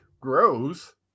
grows